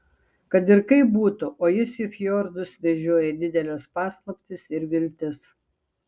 kad ir kaip būtų o jis į fjordus vežioja dideles paslaptis ir viltis